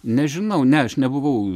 nežinau ne aš nebuvau